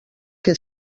que